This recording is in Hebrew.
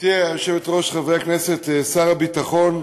היושבת-ראש, חברי הכנסת, שר הביטחון,